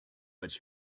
what